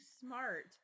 smart